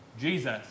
Jesus